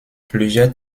plusieurs